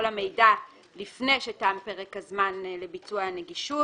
המידע לפני שתם פרק הזמן לביצוע הנגישות,